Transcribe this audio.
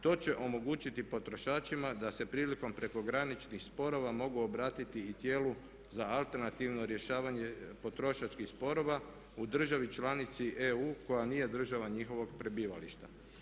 To će omogućiti potrošačima da se prilikom prekograničnih sporova mogu obratiti i tijelu za alternativno rješavanje potrošačkih sporova u državi članici EU koja nije država njihovog prebivališta.